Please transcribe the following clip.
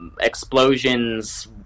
explosions